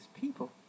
people